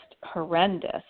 horrendous